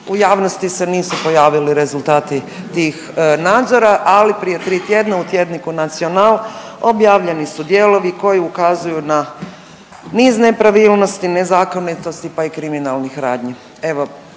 U javnosti se nisu pojavili rezultati tih nadzora, ali prije tri tjedna u tjedniku Nacional objavljeni su dijelovi koji ukazuju na niz nepravilnosti, nezakonitosti, pa i kriminalnih radnji.